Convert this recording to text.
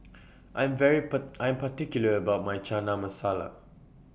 I Am very I Am particular about My Chana Masala